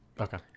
okay